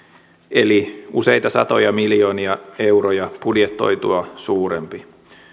eli useita satoja miljoonia euroja budjetoitua suurempi